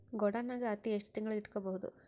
ಗೊಡಾನ ನಾಗ್ ಹತ್ತಿ ಎಷ್ಟು ತಿಂಗಳ ಇಟ್ಕೊ ಬಹುದು?